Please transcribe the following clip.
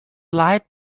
light